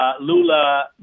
Lula